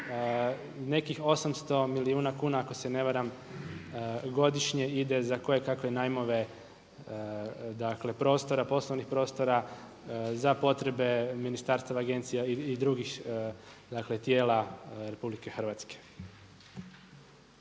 nekih 800 milijuna kuna ako se ne varam godišnje ide za koje kakve najmove, dakle prostora, poslovnih prostora za potrebe ministarstava, agencija i drugih, dakle tijela RH.